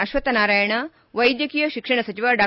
ಅಶ್ವಕ್ತ ನಾರಾಯಣ ವೈದ್ಯಕೀಯ ಶಿಕ್ಷಣ ಸಚಿವ ಡಾ